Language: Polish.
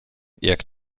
jak